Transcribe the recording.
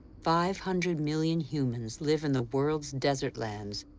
five hundred million humans live in the world's desert lands,